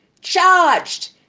Charged